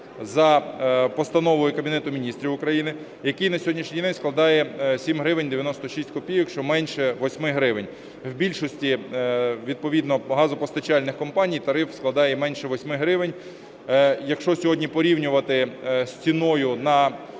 за постановою Кабінету Міністрів України, який на сьогоднішній день складає 7 гривень 96 копійок, що менше 8 гривень. В більшості відповідно газопостачальних компаній тариф складає менше 8 гривень. Якщо сьогодні порівнювати з ціною на